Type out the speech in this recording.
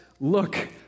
look